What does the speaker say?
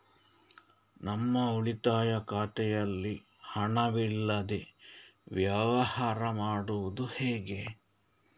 ನಮ್ಮ ಉಳಿತಾಯ ಖಾತೆಯಲ್ಲಿ ಹಣವಿಲ್ಲದೇ ವ್ಯವಹಾರ ಮಾಡುವುದು ಹೇಗೆ?